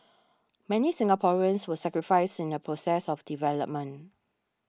many Singaporeans were sacrificed in the process of development